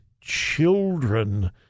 children